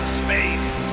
space